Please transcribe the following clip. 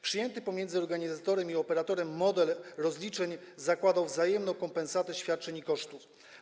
Przyjęty pomiędzy organizatorem i operatorem model rozliczeń zakładał wzajemną kompensatę świadczeń i kosztów.